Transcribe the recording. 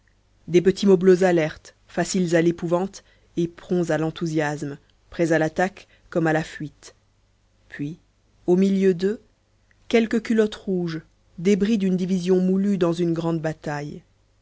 des petits moblots alertes faciles à l'épouvante et prompts à l'enthousiasme prêts à l'attaque comme à la fuite puis au milieu d'eux quelques culottes rouges débris d'une division moulue dans une grande bataille